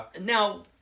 Now